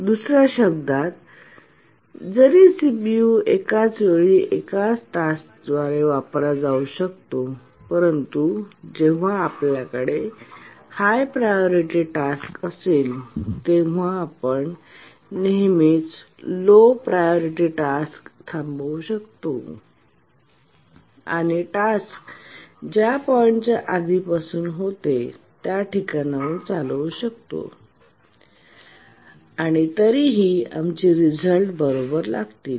दुसया शब्दांत जरी सीपीयू एका वेळी फक्त एकाच टास्क द्वारे वापरला जाऊ शकतो परंतु जेव्हा आपल्याकडे हाय प्रायोरिटी टास्क असेल तेव्हा आपण नेहमीच लो प्रायोरिटी टास्क थांबवू शकतो आणि टास्क ज्या पॉईंटच्या आधीपासून होते त्या ठिकाणाहून चालवू शकतो आणि तरीही आमचे रिझल्ट बरोबर लागतील